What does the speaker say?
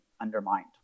undermined